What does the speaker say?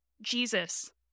Jesus